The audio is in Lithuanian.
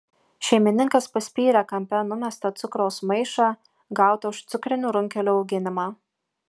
šeimininkas paspyrė kampe numestą cukraus maišą gautą už cukrinių runkelių auginimą